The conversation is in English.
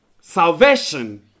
Salvation